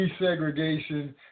desegregation